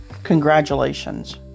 Congratulations